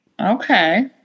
Okay